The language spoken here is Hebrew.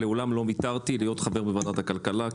מעולם לא ויתרתי על חברות בוועדת כלכלה.